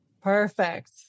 Perfect